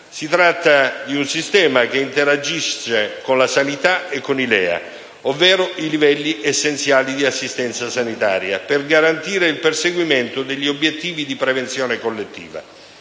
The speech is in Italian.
Si tratta di un Sistema che interagisce con la Sanità e con i LEA (livelli essenziali di assistenza sanitaria), per garantire il perseguimento degli obiettivi di prevenzione collettiva;